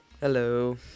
Hello